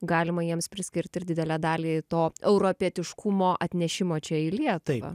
galima jiems priskirt ir didelę dalį to europietiškumo atnešimo čia į lietuvą